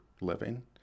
living